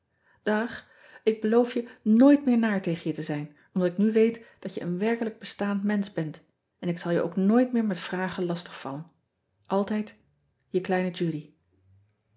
k beloof je nooit meer naar tegen je te zijn omdat ik nu weet dat je een werkelijk bestaand mensch bent en ik zal je ook nooit meer met vragen lastig vallen ltijd e kleine udy